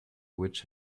which